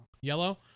Yellow